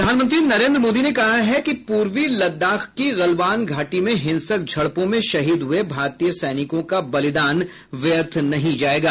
प्रधानमंत्री नरेन्द्र मोदी ने कहा है कि पूर्वी लद्दाख की गलवान घाटी में हिंसक झड़पों में शहीद हुए भारतीय सैनिकों का बलिदान व्यर्थ नहीं जाएगा